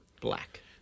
Black